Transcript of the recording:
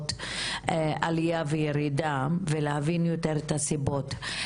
מגמות עלייה וירידה ולהבין יותר את הסיבות.